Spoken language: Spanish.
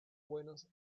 buenas